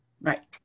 Right